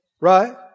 Right